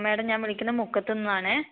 madam ഞാൻ വിളിക്കുന്നത് മുക്കത്തിന്നാണേ